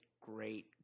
great